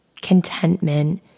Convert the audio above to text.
contentment